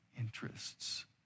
interests